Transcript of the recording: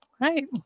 Right